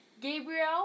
Gabriel